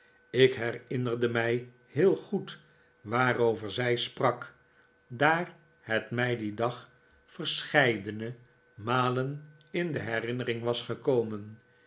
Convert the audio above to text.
ik herinnerde mij heel goed waarover zij sprak daar het mij dien dag verscheidene malen in de herinnering was gekomen